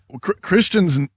Christians